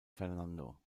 fernando